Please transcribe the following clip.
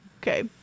Okay